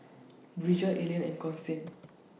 Bridger Ellyn and Constantine